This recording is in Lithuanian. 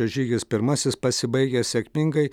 žygis pirmasis pasibaigęs sėkmingai